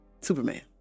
Superman